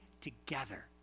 together